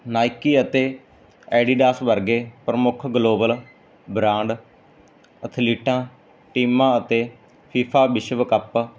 Nike ਅਤੇ Adidas ਵਰਗੇ ਪ੍ਰਮੁੱਖ ਗਲੋਬਲ ਬਰਾਂਡ ਅਥਲੀਟਾਂ ਟੀਮਾਂ ਅਤੇ ਫੀਫਾ ਵਿਸ਼ਵ ਕੱਪ